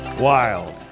Wild